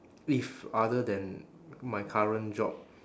if other than my current job